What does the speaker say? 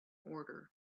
order